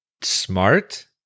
smart